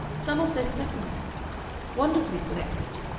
some of their specimens wonderfully selected,